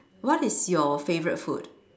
what is your favourite food